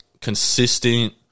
consistent